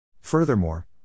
Furthermore